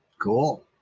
Cool